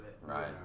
Right